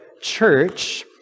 Church